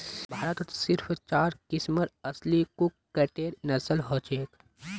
भारतत सिर्फ चार किस्मेर असली कुक्कटेर नस्ल हछेक